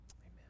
Amen